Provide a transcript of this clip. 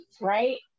Right